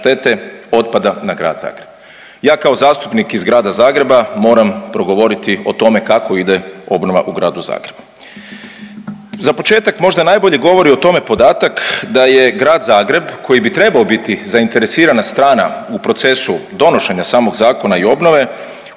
štete otpada na grad Zagreb. Ja kao zastupnik iz grada Zagreba moram progovoriti o tome kako ide obnova u gradu Zagrebu. Za početak možda najbolje govori o tome podatak da je grad Zagreb koji bi trebao biti zainteresirana strana u procesu donošenja samog zakona i obnove